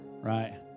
right